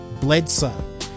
Bledsoe